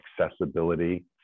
accessibility